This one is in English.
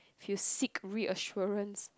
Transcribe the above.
if you seek reassurance